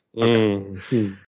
Okay